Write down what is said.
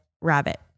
rabbit